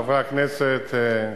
חברי הכנסת,